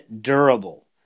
durable